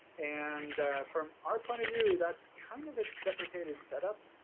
and from our point of view, that's kind of a deprecated setup.